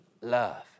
love